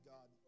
God